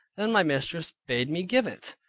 then my mistress bade me give it,